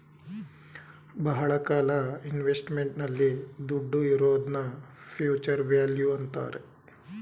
ಬಹಳ ಕಾಲ ಇನ್ವೆಸ್ಟ್ಮೆಂಟ್ ನಲ್ಲಿ ದುಡ್ಡು ಇರೋದ್ನ ಫ್ಯೂಚರ್ ವ್ಯಾಲ್ಯೂ ಅಂತಾರೆ